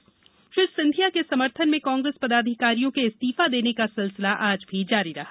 सिंधिया इस्तीफा श्री सिंधिया के समर्थन में कांग्रेस पदाधिकारियों के इस्तीफा देने का सिलसिला आज भी जारी रहा